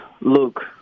look